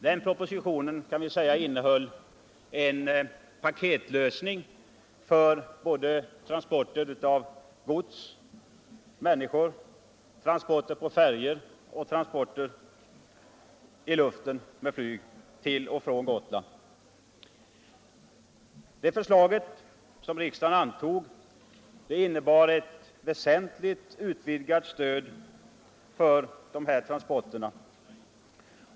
Den propositionen innehöll, kan man säga, en paketlösning för transporter av både gods och människor: transporter på färjor och transporter med flyg till och från Gotland. Det förslag som riksdagen då antog innebar ett väsentligt utvidgat stöd för dessa transporter.